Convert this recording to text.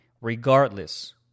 Regardless